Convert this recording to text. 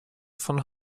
von